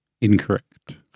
Incorrect